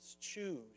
choose